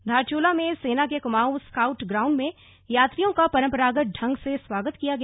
धारचूला में सेना के कुमाऊं स्काउट ग्राउंड में यात्रियों का परंपरागत ढंग से स्वागत किया गया